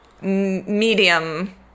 medium